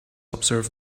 observe